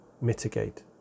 mitigate